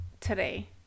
today